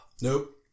Nope